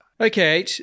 Okay